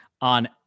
on